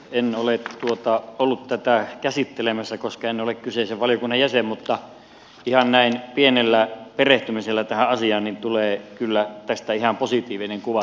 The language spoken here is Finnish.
en ole ollut tätä käsittelemässä koska en ole kyseisen valiokunnan jäsen mutta ihan näin pienellä perehtymisellä tähän asiaan tulee tästä lakiesityksestä kyllä ihan positiivinen kuva